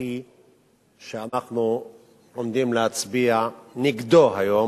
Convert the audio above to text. המשפטי שאנחנו עומדים להצביע נגדו היום,